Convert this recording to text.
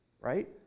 right